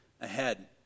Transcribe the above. ahead